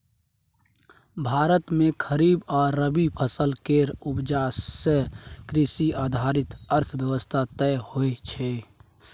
भारत मे खरीफ आ रबी फसल केर उपजा सँ कृषि आधारित अर्थव्यवस्था तय होइ छै